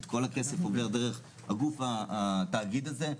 כל הכסף עובר דרך התאגיד הזה.